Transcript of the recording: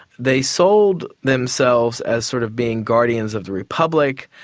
they sold themselves as sort of being guardians of the republic,